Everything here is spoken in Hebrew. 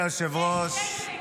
אדוני היושב-ראש,